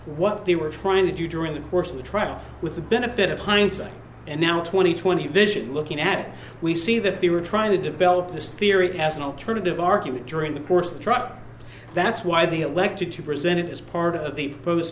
what they were trying to do during the course of the trouble with the benefit of hindsight and now twenty twenty vision looking at we see that they were trying to develop this theory as an alternative argument during the course of the truck that's why they elected to present it as part of the